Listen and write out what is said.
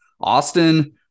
Austin